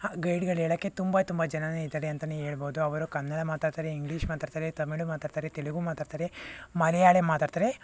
ಆ ಗೈಡ್ಗಳು ಹೇಳಕ್ಕೆ ತುಂಬ ತುಂಬ ಜನಾನೇ ಇದ್ದಾರೆ ಅಂತನೇ ಹೇಳ್ಬೋದು ಅವರು ಕನ್ನಡ ಮಾತಾಡ್ತಾರೆ ಇಂಗ್ಲೀಷ್ ಮಾತಾಡ್ತಾರೆ ತಮಿಳು ಮಾತಾಡ್ತಾರೆ ತೆಲುಗು ಮಾತಾಡ್ತಾರೆ ಮಲಯಾಳಿ ಮಾತಾಡ್ತಾರೆ